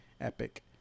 Epic